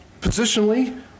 positionally